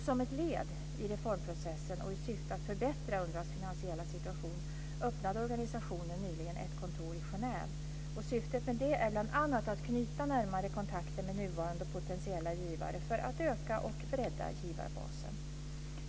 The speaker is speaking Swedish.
Som ett led i reformprocessen och i syfte att förbättra UNRWA:s finansiella situation öppnade organisationen nyligen ett kontor i Genève. Syftet med det är bl.a. att knyta närmare kontakter med nuvarande och potentiella givare för att öka och bredda givarbasen.